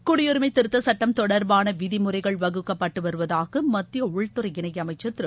குடியுரிமைத் திருத்தச் சுட்டம் தொடர்பாள விதிமுறைகள் வகுப்பப்பட்டு வருவதாக மத்திய உள்துறை இணை அமைச்சர் திரு